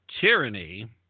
tyranny